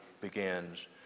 begins